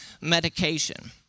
medication